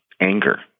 anger